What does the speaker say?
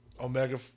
Omega